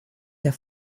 der